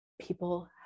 people